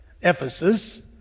Ephesus